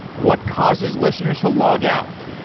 what causes listeners to log out,